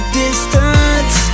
distance